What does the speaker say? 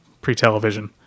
pre-television